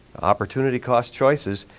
opportunity cost choices,